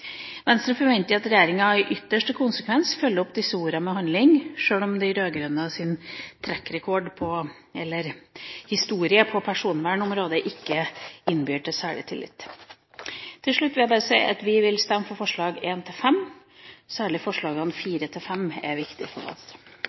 ytterste konsekvens følger opp disse ordene med handling, sjøl om de rød-grønnes historie på personvernområdet ikke innbyr til særlig tillit. Til slutt vil jeg bare si at vi vil stemme for forslagene nr. 1–5, særlig forslagene nr. 4 og 5 er viktig for Venstre. Da har presidenten notert seg det til voteringen. Ekomloven er en viktig lov for